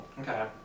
Okay